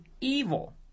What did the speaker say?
evil